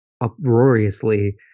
uproariously